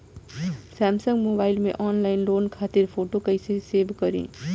Samsung mobile में online loan खातिर photo कैसे सेभ करीं?